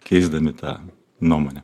keisdami tą nuomonę